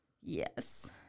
Yes